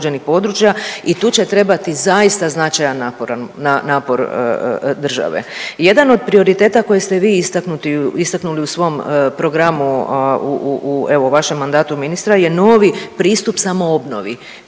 i tu će trebati zaista značajan napor države. Jedan od prioriteta koje ste vi istaknuli u svom programu u evo vašem mandatu ministra je novi pristup samoobnovi